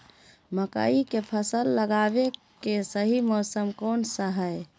मकई के फसल लगावे के सही मौसम कौन हाय?